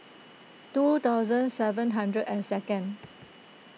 two thousand seven hundred and second